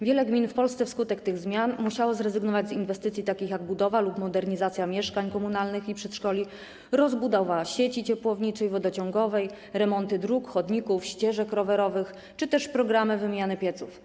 Wiele gmin w Polsce wskutek tych zmian musiało zrezygnować z inwestycji takich jak budowa lub modernizacja mieszkań komunalnych i przedszkoli, rozbudowa sieci ciepłowniczej, wodociągowej, remonty dróg, chodników, ścieżek rowerowych czy też programy wymiany pieców.